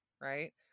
right